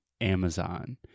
Amazon